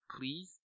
Please